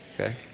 okay